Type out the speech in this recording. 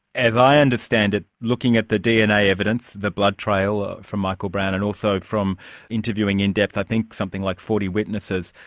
as i understand it, looking at the dna evidence, the blood trail ah from michael brown, and also from interviewing in depth i think something like forty witnesses,